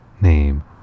Name